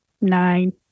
nine